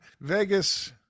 Vegas